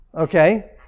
okay